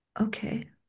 okay